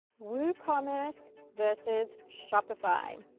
woocommerce versus shopify.